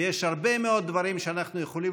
ויש הרבה מאוד דברים שאנחנו יכולים